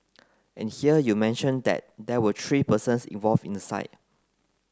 and here you mention that there were three persons involved in the site